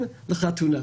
אבל היא מעוררת קושי,